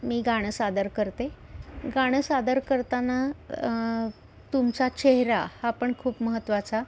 मी गाणं सादर करते गाणं सादर करताना तुमचा चेहरा हा पण खूप महत्त्वाचा